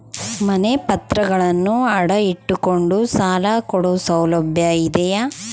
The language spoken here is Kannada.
ಮನೆ ಪತ್ರಗಳನ್ನು ಅಡ ಇಟ್ಟು ಕೊಂಡು ಸಾಲ ಕೊಡೋ ಸೌಲಭ್ಯ ಇದಿಯಾ?